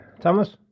Thomas